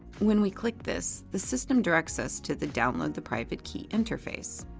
when we click this, the system directs us to the download the private key interface.